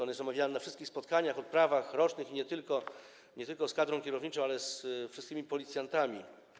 On jest omawiany na wszystkich spotkaniach, odprawach rocznych i nie tylko, nie tylko z kadrą kierowniczą, ale ze wszystkimi policjantami.